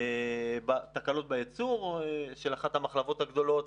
סביב תקלות בייצור של אחת המחלבות הגדולות,